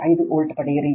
5 volt ಪಡೆಯಿರಿ